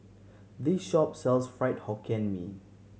this shop sells Fried Hokkien Mee